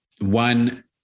one